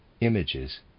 images